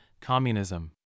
communism